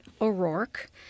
O'Rourke